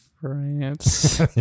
France